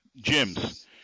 gyms